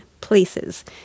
places